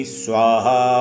Swaha